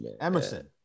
Emerson